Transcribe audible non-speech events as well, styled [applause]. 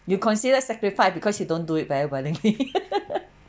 you consider sacrifice because you don't do it very willingly [laughs]